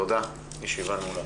תודה, הישיבה נעולה.